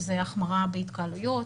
שהם החמרה בהתקהלויות,